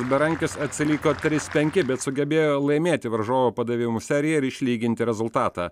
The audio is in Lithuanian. berankis atsiliko trys penki sugebėjo laimėti varžovo padavimų seriją ir išlyginti rezultatą